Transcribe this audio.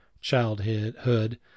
childhood